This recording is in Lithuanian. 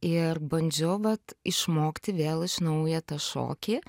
ir bandžiau vat išmokti vėl iš naujo tą šokį